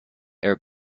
air